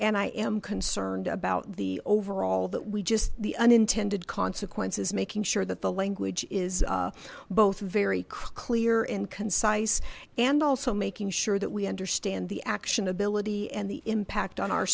and i am concerned about the overall that we just the unintended consequences making sure that the language is both very clear and concise and also making sure that we understand the action ability and the impact on our